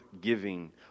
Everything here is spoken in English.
giving